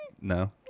No